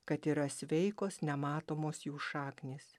kad yra sveikos nematomos jų šaknys